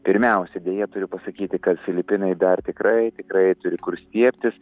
pirmiausia deja turiu pasakyti kad filipinai dar tikrai tikrai turi kur stiebtis